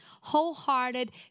wholehearted